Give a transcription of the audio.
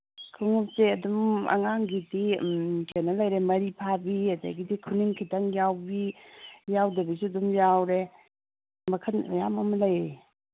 ꯈꯣꯡꯎꯞꯁꯦ ꯑꯗꯨꯝ ꯑꯉꯥꯡꯒꯤꯗꯤ ꯀꯩꯅꯣ ꯂꯩꯔꯦ ꯃꯔꯤ ꯐꯥꯕꯤ ꯑꯗꯒꯤꯗꯤ ꯈꯨꯅꯤꯡ ꯈꯤꯇꯪ ꯌꯥꯎꯕꯤ ꯌꯥꯎꯗꯕꯤꯁꯨ ꯑꯗꯨꯝ ꯌꯥꯎꯔꯦ ꯃꯈꯟ ꯃꯌꯥꯝ ꯑꯃ ꯂꯩ